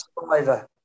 survivor